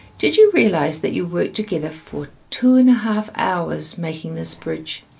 did you realize that you worked together for two and a half hours making this bridge?